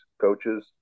coaches